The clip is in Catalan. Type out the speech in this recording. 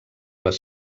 les